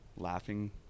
Laughing